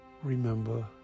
Remember